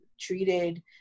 treated